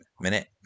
Minute